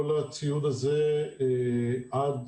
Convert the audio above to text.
כל הציוד הזה, עד